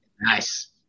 nice